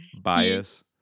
bias